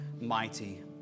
mighty